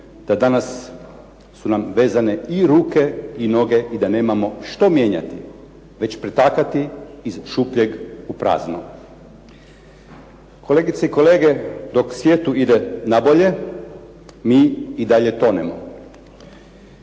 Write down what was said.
da danas su nam vezane i ruke i noge i da nemamo što mijenjati već pretakati iz šupljeg u prazno. Kolegice i kolege, dok svijetu idu na bolje mi i dalje tonemo.